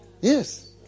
Yes